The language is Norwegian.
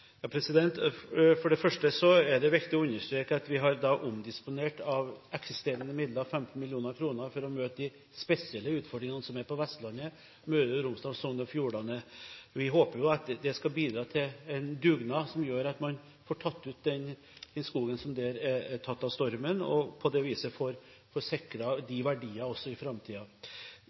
For det første er det viktig å understreke at vi har omdisponert av eksisterende midler 15 mill. kr for å møte de spesielle utfordringene som er på Vestlandet – i Møre og Romsdal og Sogn og Fjordane. Vi håper at det skal bidra til en dugnad som gjør at man får tatt ut den skogen som er tatt av stormen, og på det viset får sikret de verdiene også i